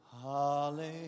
Hallelujah